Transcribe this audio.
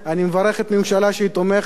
אני מברך את הממשלה שהיא תומכת,